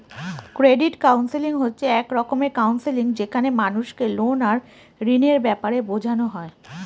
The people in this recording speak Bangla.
ক্রেডিট কাউন্সেলিং হচ্ছে এক রকমের কাউন্সেলিং যেখানে মানুষকে লোন আর ঋণের ব্যাপারে বোঝানো হয়